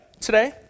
today